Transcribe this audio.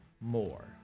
more